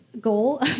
goal